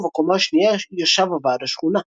ובקומה השנייה ישב ועד השכונה.